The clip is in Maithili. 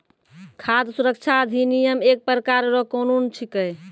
खाद सुरक्षा अधिनियम एक प्रकार रो कानून छिकै